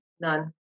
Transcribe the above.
none